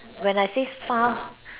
when I say far